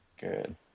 Good